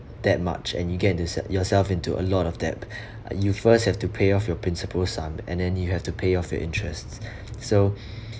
that much and you get into sa~ yourself into a lot of debt uh you first have to pay off your principal sum and then you have to pay off your interests so